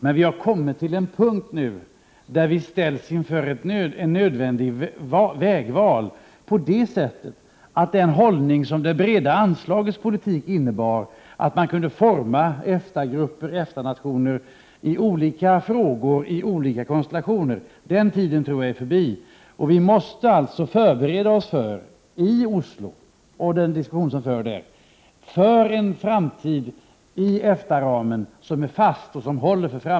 Men nu står vi inför ett nödvändigt vägval, så till vida att jag tror att den tid är förbi då det breda anslagets politik innebar att man kunde forma EFTA-grupper, EFTA nationer, i olika konstellationer i olika frågor. Vi måste alltså i diskussionen i Oslo förbereda oss för en framtid inom EFTA-ramen, som är fast och som håller.